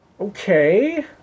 Okay